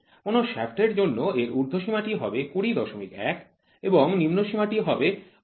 কোন শ্যাফ্ট এর জন্য এর উর্ধ্বসীমা টি হবে ২০১ এবং নিম্নসীমা টি হবে ১৯৯